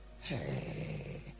Hey